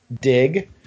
dig